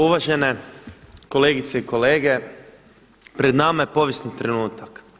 Uvažene kolegice i kolege, pred nama je povijesni trenutak.